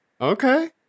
okay